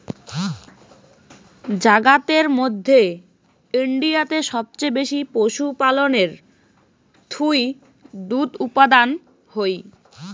জাগাতের মধ্যে ইন্ডিয়াতে সবচেয়ে বেশি পশুপালনের থুই দুধ উপাদান হই